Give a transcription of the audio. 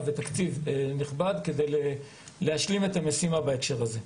ותקציב נכבד כדי להשלים את המשימה בהקשר הזה.